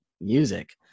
music